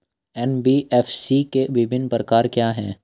NBFC के विभिन्न प्रकार क्या हैं?